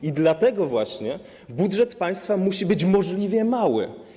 I dlatego właśnie budżet państwa musi być możliwie mały.